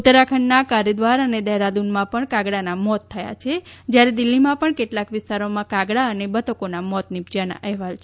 ઉત્તરાખંડના કારેદ્વાર અને દહેરાદૂનમાં પણ કાગડાના મોત નિપજ્યાં છે જ્યારે દિલ્હીમાં પણ કેટલાંક વિસ્તારોમાં કાગડા અને બતકોના મોત નિપજ્યાના અહેવાલ છે